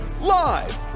Live